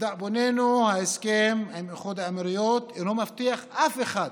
לדאבוננו ההסכם עם איחוד האמירויות אינו מבטיח אף אחד